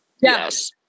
Yes